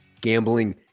gambling